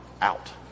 out